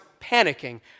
panicking